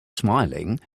smiling